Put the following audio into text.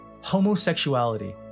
Homosexuality